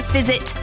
visit